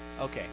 Okay